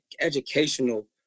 educational